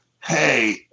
hey